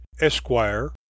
Esquire